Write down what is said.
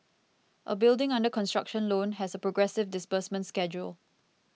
a building under construction loan has a progressive disbursement schedule